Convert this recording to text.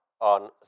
on